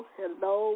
hello